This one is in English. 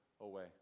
away